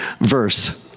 verse